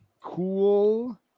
Cool